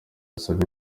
asaba